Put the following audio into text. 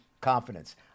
confidence